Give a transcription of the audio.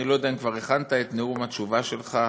אני לא יודע אם כבר הכנת את נאום התשובה שלך,